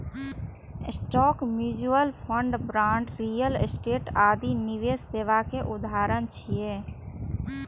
stock, mutual fund, bond, real estate आदि निवेश सेवा के उदाहरण छियै